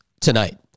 tonight